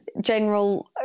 general